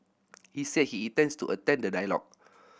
he said he intends to attend the dialogue